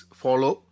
follow